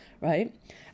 right